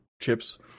chips